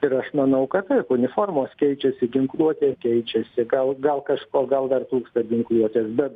ir aš manau kad uniformos keičiasi ginkluotė keičiasi gal gal kažko gal dar trūksta ginkluotės bet